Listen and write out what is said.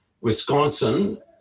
Wisconsin